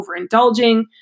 overindulging